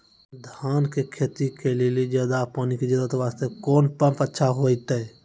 धान के खेती के लेली ज्यादा पानी के जरूरत वास्ते कोंन पम्प अच्छा होइते?